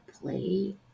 play